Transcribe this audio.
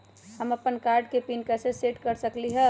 हम अपन कार्ड के पिन कैसे सेट कर सकली ह?